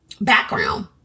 background